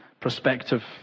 prospective